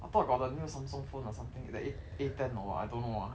I thought got the new samsung phone or something the A A ten or what I don't know ah